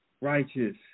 righteous